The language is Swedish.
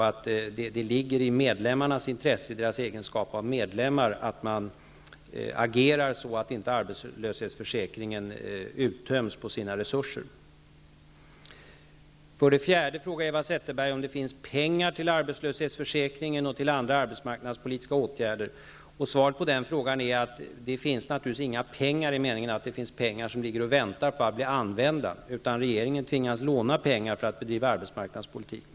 Det ligger i medlemmarnas intresse i deras egenskap av medlemmar att agera så, att arbetslöshetsförsäkringen inte uttöms på sina resurser. För det fjärde frågade Eva Zetterberg om det finns pengar till arbetslöshetsförsäkringen och till andra arbetsmarknadspolitiska åtgärder. Svaret på denna fråga är naturligtvis att det inte finns några pengar i den meningen att pengar ligger och väntar på att bli använda. Regeringen tvingas låna pengar för att bedriva arbetsmarknadspolitik.